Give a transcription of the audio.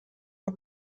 are